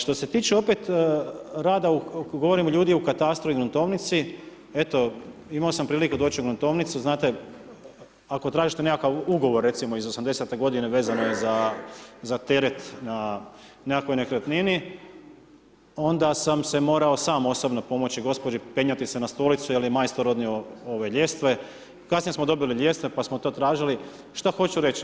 Što se tiče opet rada ako govorimo o ljudima u katastru i gruntovnici, eto imao sam prilike doći u gruntovnicu, znate ako tražite nekakav ugovor recimo iz '80-te godine vezano za teret na nekakvoj nekretnini, onda sam se morao sam osobno pomoći gospođi penjati se na stolicu jer je majstor odnio ljestve, kasnije smo dobili ljestve pa smo to tražili, što hoću reći?